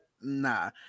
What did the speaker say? Nah